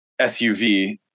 SUV